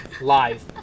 live